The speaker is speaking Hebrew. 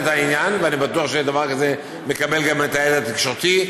ואני בטוח שדבר כזה מקבל גם את ההד התקשורתי.